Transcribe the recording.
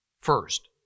First